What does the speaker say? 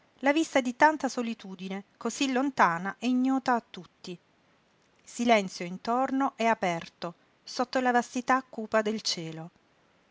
la vista di tanta solitudine cosí lontana e ignota a tutti silenzio intorno e aperto sotto la vastità cupa del cielo